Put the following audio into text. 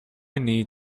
need